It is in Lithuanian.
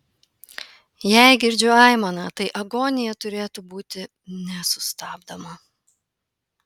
jei girdžiu aimaną tai agonija turėtų būti nesustabdoma